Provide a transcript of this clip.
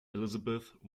elizabeth